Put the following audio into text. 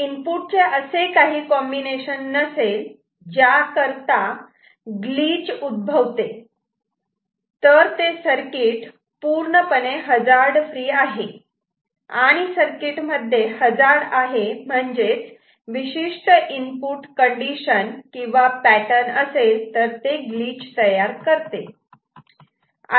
input चे असे काही कॉम्बिनेशन 9combination नसेल ज्या करता ग्लिच उद्भवते तर ते सर्किट पूर्णपणे हजार्ड फ्री आहे आणि सर्किट मध्ये हजार्ड आहे म्हणजे विशिष्ट इनपुट कंडिशन किंवा पॅटर्न असेल तर ते ग्लिच तयार करते